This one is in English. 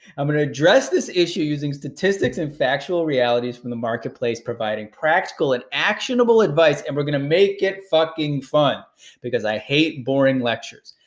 i'm gonna address this issue using statistics and factual realities from the marketplace providing practical and actionable advice and we're gonna make if fucking fun because i hate boring lectures.